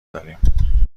داریم